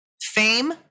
fame